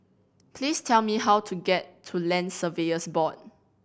please tell me how to get to Land Surveyors Board